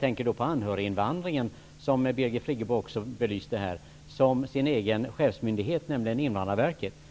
t.ex. om anhöriginvandring, son Birgit Friggebo har belyst här -- som sin egen chefsmyndighet, dvs. Invandrarverket.